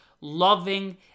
loving